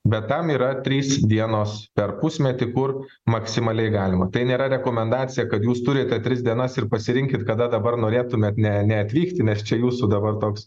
bet tam yra trys dienos per pusmetį kur maksimaliai galima tai nėra rekomendacija kad jūs turite tris dienas ir pasirinkit kada dabar norėtumėt ne neatvykti nes čia jūsų dabar toks